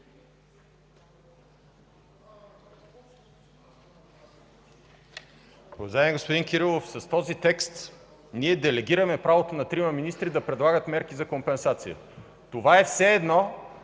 Уважаеми господин Кирилов, с този текст ние делегираме правото на трима министри да предлагат мерки за компенсация. Това е все едно